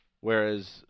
whereas